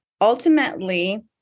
ultimately